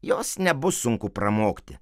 jos nebus sunku pramokti